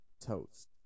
toast